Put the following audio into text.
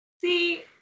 see